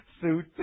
suit